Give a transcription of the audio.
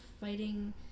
fighting